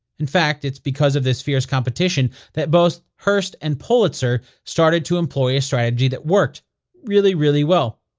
in fact, it's because of this fierce competition that both hearse and pulitzer started to employ a strategy that worked really, really well.